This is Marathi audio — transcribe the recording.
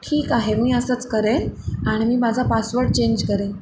ठीक आहे मी असंच करेन आणि मी माझा पासवड चेंज करेन